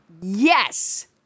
Yes